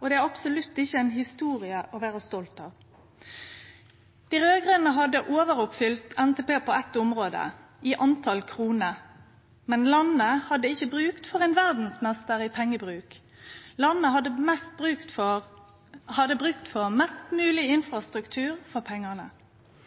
og det er absolutt ikkje ei historie å vere stolt av. Dei raud-grøne hadde overoppfylt NTP på eitt område: med omsyn til kroner. Men landet hadde ikkje bruk for ein verdsmeister i pengebruk – landet hadde bruk for mest mogleg infrastruktur for pengane.